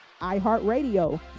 iHeartRadio